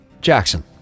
Jackson